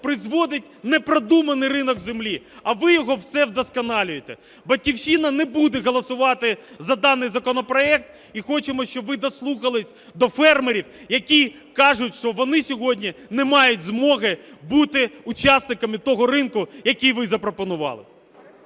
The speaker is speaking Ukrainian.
призводить непродуманий ринок землі, а ви його все вдосконалюєте. "Батьківщина" не буде голосувати за даний законопроект і хочемо, щоб ви дослухались до фермерів, які кажуть, що вони сьогодні не мають змоги бути учасниками того ринку, який ви запропонували.